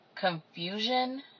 confusion